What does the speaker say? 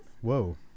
Whoa